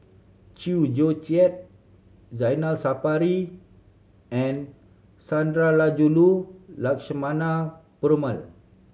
Chew Joo Chiat Zainal Sapari and Sundarajulu Lakshmana Perumal